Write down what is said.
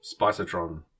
Spicertron